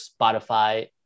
Spotify